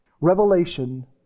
Revelation